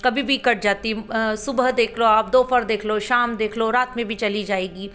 कभी भी कट जाती है सुबह देख लो आप दोपहर देख लो शाम देख लो रात में भी चली जाएगी